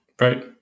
Right